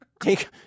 Take